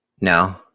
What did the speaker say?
no